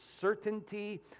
certainty